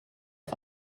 auf